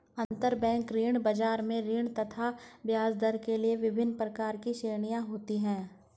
अंतरबैंक ऋण बाजार में ऋण तथा ब्याजदर के लिए विभिन्न प्रकार की श्रेणियां होती है